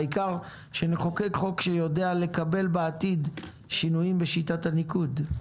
העיקר שנחוקק חוק שיודע לקבל בעתיד שינויים בשיטת הניקוד.